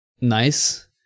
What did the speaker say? nice